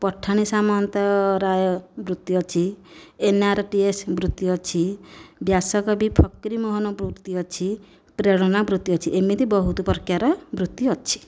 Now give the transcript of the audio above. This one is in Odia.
ପଠାଣି ସାମନ୍ତରାୟ ବୃତ୍ତି ଅଛି ଏନ ଆର ଟି ଏସ୍ ବୃତ୍ତି ଅଛି ବ୍ୟାସକବି ଫକିରୀମୋହନ ବୃତ୍ତି ଅଛି ପ୍ରେରଣା ବୃତ୍ତି ଅଛି ଏମିତି ବହୁତ ପ୍ରକାର ବୃତ୍ତି ଅଛି